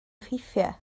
effeithiau